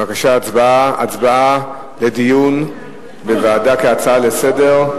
ההצעה להעביר את הנושא לוועדת החוקה,